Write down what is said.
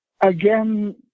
again